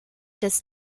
des